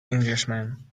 englishman